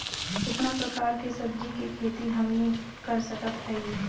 कितना प्रकार के सब्जी के खेती हमनी कर सकत हई?